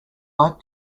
like